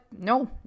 no